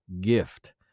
gift